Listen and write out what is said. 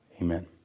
Amen